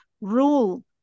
rule